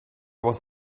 was